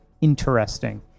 interesting